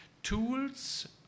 tools